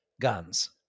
guns